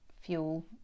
fuel